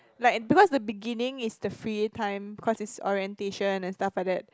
like because the beginning is the free time cause it's orientation and stuff like that